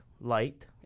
light